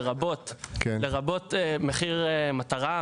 לרבות מחיר מטרה,